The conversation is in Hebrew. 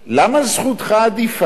למה זכותך עדיפה?